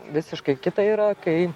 visiškai kita yra kai